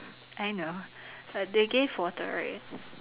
I know but they gave water right